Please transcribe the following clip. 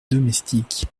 domestiques